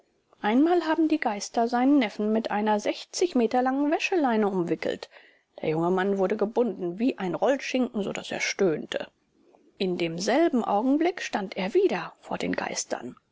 einmal haben die geister seinen neffen mit einer meter langen waschleine umwickelt der junge mann wurde gebunden wie ein rollschinken so daß er stöhnte in demselben augenblick stand er wieder vor den geistern